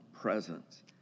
presence